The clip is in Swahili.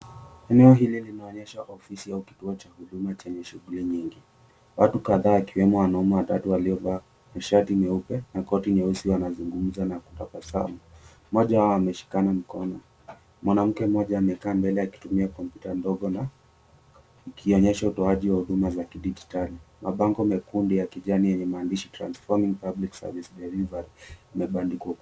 Eneo hili linaloonyesha ofisi chenye huduma za shughuli nyingi. Watu kadhaa wakiwemo wanaume waliovaa shati nyeupe na koti nyeusi wanazungumza na kutabasamu. Mmoja wao ameshikwa mkono. Mwanamke mmoja amekaa mbele akitumia komputa ndogo na kukionyesha utoaji wa huduma za kidijitali. Mabango mekundu ya kijani yenye maandishi, "Transforming Public Service Delivery," imebandikwa.